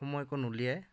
সময়কণ উলিয়াই